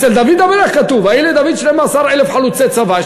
אצל דוד המלך כתוב: היו לדוד 12,000 חלוצי צבא,